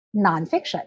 nonfiction